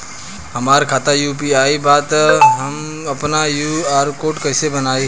हमार खाता यू.पी.आई बा त हम आपन क्यू.आर कोड कैसे बनाई?